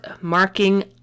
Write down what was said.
marking